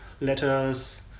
letters